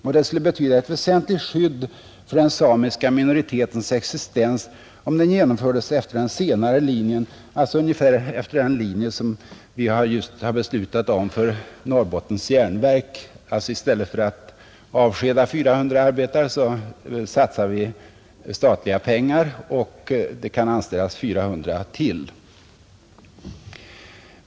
Och det skulle betyda ett väsentligt skydd för den samiska minoritetens existens om rationaliseringen genomfördes efter den senare linjen — alltså ungefär efter den linje som vi just har följt när det gällde Norrbottens Järnverk: i stället för att avskeda 400 arbetare satsar vi statliga pengar så att det kan anställas 400 arbetare till.